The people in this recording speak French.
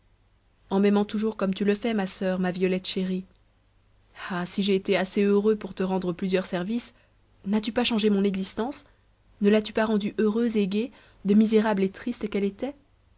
en m'aimant toujours comme tu le fais ma soeur ma violette chérie ah si j'ai été assez heureux pour te rendre plusieurs services n'as-tu pas changé mon existence ne l'as-tu pas rendue heureuse et gaie de misérable et triste qu'elle était